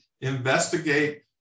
investigate